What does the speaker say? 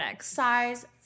size